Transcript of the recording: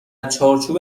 چارچوب